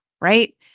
right